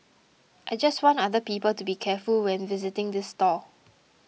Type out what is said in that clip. I just want other people to be careful when visiting this stall